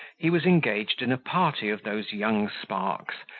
he was engaged in a party of those young sparks,